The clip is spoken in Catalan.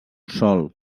sol